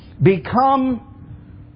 become